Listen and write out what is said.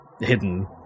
hidden